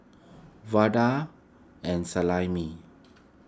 Vada and Salami